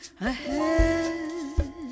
ahead